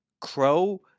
Crow